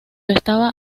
estaba